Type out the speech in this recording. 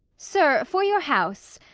sir, for your house,